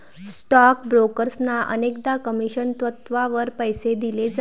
stock ब्रोकर्सना अनेकदा commission तत्त्वावर पैसे दिले जातात